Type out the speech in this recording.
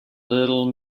little